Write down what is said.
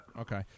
Okay